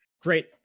Great